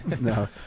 no